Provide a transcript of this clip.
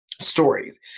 stories